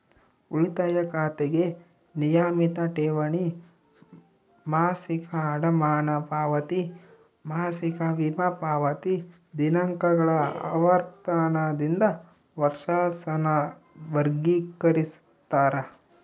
ಉಳಿತಾಯ ಖಾತೆಗೆ ನಿಯಮಿತ ಠೇವಣಿ, ಮಾಸಿಕ ಅಡಮಾನ ಪಾವತಿ, ಮಾಸಿಕ ವಿಮಾ ಪಾವತಿ ದಿನಾಂಕಗಳ ಆವರ್ತನದಿಂದ ವರ್ಷಾಸನ ವರ್ಗಿಕರಿಸ್ತಾರ